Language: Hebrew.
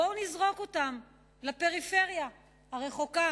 בואו נזרוק אותם לפריפריה הרחוקה,